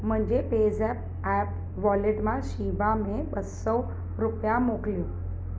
मुंहिंजे पेज़ेप्प app wallet मां शीबा में ॿ सौ रुपया मोकिलियईं